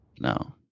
No